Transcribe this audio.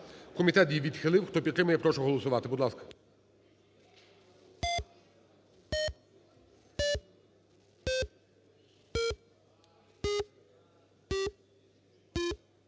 Комітет її відхилив. Хто підтримує, я прошу голосувати,